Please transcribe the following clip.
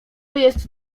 jest